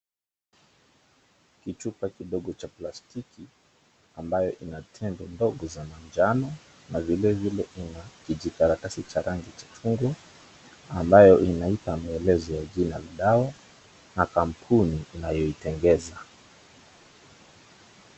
Kichupa kidogo cha plastiki ambayo ina tembe ndogo za manjano na vilevile kina kijikaratasi cha rangi chekundu ambayo inaipa maelezo ya jina ya dawa n kampuni inayoitengeza.